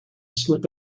slip